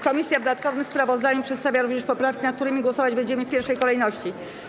Komisja w dodatkowym sprawozdaniu przedstawia również poprawki, nad którymi głosować będziemy w pierwszej kolejności.